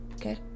Okay